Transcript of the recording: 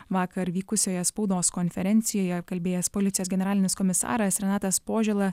vakar vykusioje spaudos konferencijoje kalbėjęs policijos generalinis komisaras renatas požėla